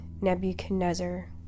Nebuchadnezzar